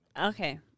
Okay